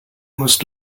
must